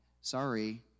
sorry